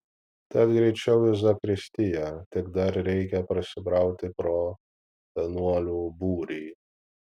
tad greičiau į zakristiją tik dar reikia prasibrauti pro vienuolių būrį